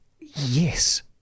yes